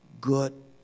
good